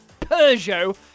Peugeot